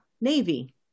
Navy